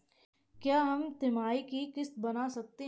क्या हम तिमाही की किस्त बना सकते हैं?